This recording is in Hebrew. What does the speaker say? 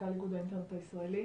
מנכ"ל איגוד האינטרנט הישראלי.